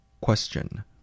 Question